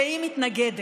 שהיא מתנגדת.